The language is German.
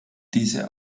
diese